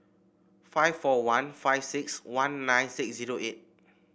five four one five six one nine six zero eight